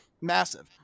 massive